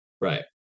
Right